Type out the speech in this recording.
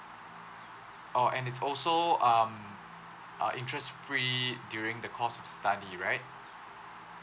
oh and it's also um are interest free during the course of study right